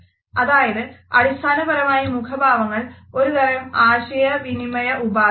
അതായത് അടിസ്ഥാനപരമായി മുഖഭാവങ്ങൾ ഒരു തരം ആശയവിനിമയോപാധിയാണ്